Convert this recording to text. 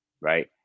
right